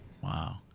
Wow